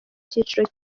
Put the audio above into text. cyiciro